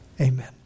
Amen